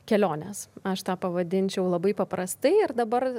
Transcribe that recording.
keliones aš tą pavadinčiau labai paprastai ir dabar